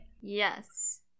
yes